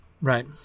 right